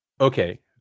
Okay